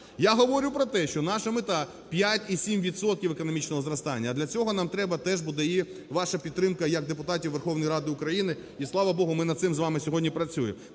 Я говорю про те, що наша мета - 5,7 відсотків економічного зростання, а для цього нам треба буде і ваша підтримка як депутатів Верховної Ради України, і, слава Богу, ми над цим з вами сьогодні працюємо.